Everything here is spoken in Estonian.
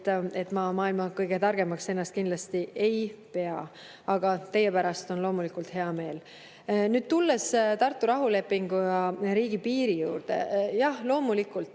maailma kõige targemaks ennast kindlasti ei pea, aga teie pärast on loomulikult hea meel. Nüüd tulen Tartu rahulepingu ja riigipiiri juurde. Jah, loomulikult